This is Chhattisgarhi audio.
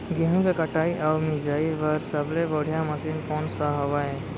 गेहूँ के कटाई अऊ मिंजाई बर सबले बढ़िया मशीन कोन सा हवये?